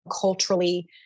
culturally